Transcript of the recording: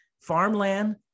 farmland